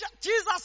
Jesus